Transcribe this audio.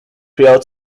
prior